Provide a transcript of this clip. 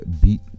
beat